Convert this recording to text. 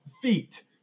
feet